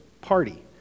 party